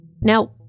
Now